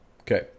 Okay